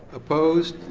opposed?